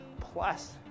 plus